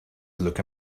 look